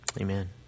Amen